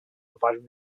providing